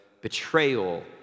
betrayal